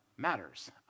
matters